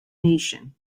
nation